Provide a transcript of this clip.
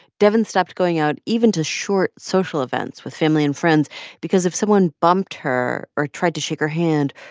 devyn stopped going out even to short, social events with family and friends because if someone bumped her or tried to shake her hand,